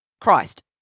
Christ